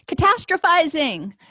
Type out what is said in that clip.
catastrophizing